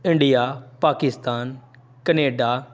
India Pakistan Canada